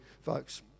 folks